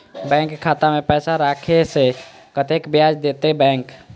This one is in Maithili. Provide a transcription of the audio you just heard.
बैंक खाता में पैसा राखे से कतेक ब्याज देते बैंक?